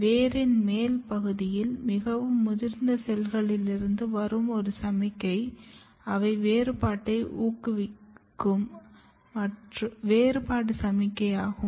வேரின் மேல் பகுதியின் மிகவும் முதிர்ந்த செல்களிலிருந்து வரும் ஒரு சமிக்ஞைகள் அவை வேறுபாட்டை ஊக்குவிக்கும் வேறுபாடு சமிக்ஞையாகும்